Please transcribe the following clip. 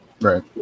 Right